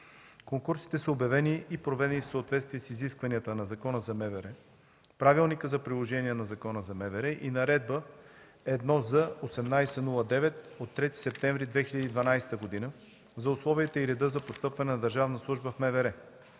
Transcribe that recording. Конкурсите са обявени и проведени в съответствие с изискванията на Закона за МВР, Правилника за приложение на Закона за МВР и Наредба № 1з-1809 от 3 септември 2012 г. за условията и реда за постъпване на държавна